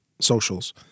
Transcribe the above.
socials